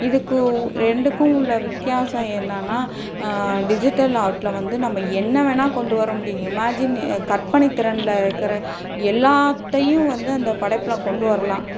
இதுக்கு ரெண்டுக்கும் உள்ள வித்தியாசம் என்னென்னா டிஜிட்டல் ஆர்ட்டில் வந்து நம்ம என்ன வேணால் கொண்டு வர முடியும் இமேஜின்னே கற்பனைத்திறனில் இருக்கிற எல்லாத்தையும் வந்து அந்த படைப்பில் கொண்டு வரலாம்